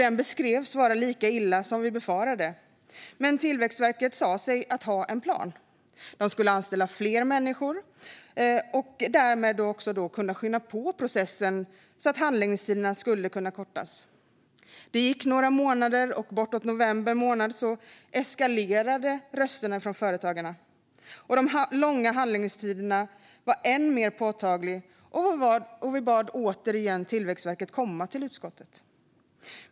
Den beskrevs vara lika illa som vi befarade. Men Tillväxtverket hade en plan. De skulle anställa fler personer och därmed kunna skynda på processen, så att handläggningstiderna skulle kunna kortas. Det gick några månader. Företagare hörde av sig igen, och det eskalerade framemot november. De långa handläggningstiderna blev än mer påtagliga, och vi bad återigen Tillväxtverket att komma till utskottet.